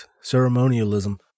ceremonialism